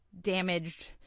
damaged